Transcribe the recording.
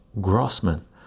Grossman